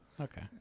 okay